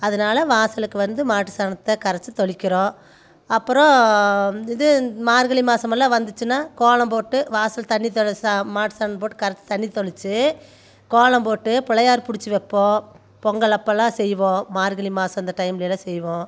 அதனால வாசலுக்கு வந்து மாட்டு சாணத்தை கரைச்சி தெளிக்கிறோம் அப்புறம் இது மார்கழி மாதமுலாம் வந்துச்சுனால் கோலம் போட்டு வாசல் தண்ணி தெளித்தா மாட்டு சாணம் போட்டு கரைச்சி தண்ணி தெளித்து கோலம் போட்டு பிள்ளையார் பிடிச்சி வைப்போம் பொங்கலப்பெலாம் செய்வோம் மார்கழி மாதம் அந்த டைமுலெலாம் செய்வோம்